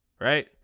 Right